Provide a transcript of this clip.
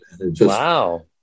Wow